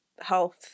health